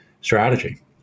strategy